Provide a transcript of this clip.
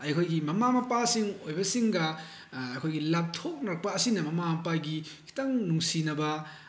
ꯑꯩꯈꯣꯏꯒꯤ ꯃꯃꯥ ꯃꯄꯥꯁꯤꯡ ꯑꯣꯏꯕꯁꯤꯡꯒ ꯂꯥꯞꯊꯣꯛꯅꯔꯛꯄ ꯑꯁꯤꯅ ꯃꯃꯥ ꯃꯄꯥꯒꯤ ꯈꯤꯇꯪ ꯅꯨꯡꯁꯤꯅꯕ